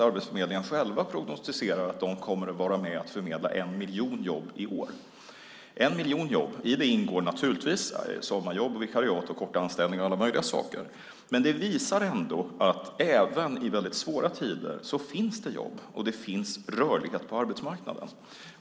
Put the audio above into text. Arbetsförmedlingen prognostiserar själv att man kommer att vara med och förmedla en miljon jobb i år. I det ingår naturligtvis sommarjobb, vikariat, korta anställningar och allt möjligt, men det visar ändå att även i svåra tider finns det jobb - och det finns rörlighet på arbetsmarknaden.